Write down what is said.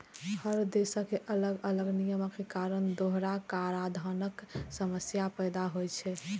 हर देशक अलग अलग नियमक कारण दोहरा कराधानक समस्या पैदा होइ छै